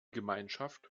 gemeinschaft